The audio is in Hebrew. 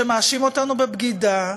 שמאשים אותנו בבגידה,